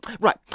right